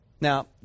Now